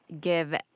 give